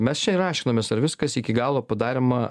mes čia ir aiškinomės ar viskas iki galo padarima